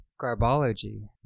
garbology